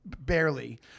barely